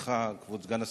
ולך, כבוד סגן השר,